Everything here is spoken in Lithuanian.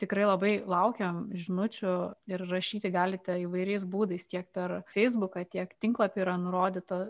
tikrai labai laukiam žinučių ir rašyti galite įvairiais būdais tiek per feisbuką tiek tinklapyje yra nurodyta